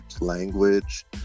language